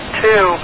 two